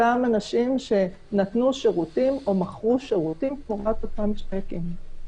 אותם אנשים שנתנו שירותים או מכרו שירותים תמורת אותם שיקים.